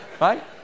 right